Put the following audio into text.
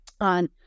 on